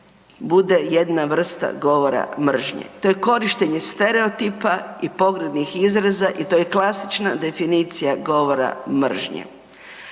bude jedna vrsta govora mržnje. To je korištenje stereotipa i pogrdnih izraza i to je klasična definicija govora mržnje.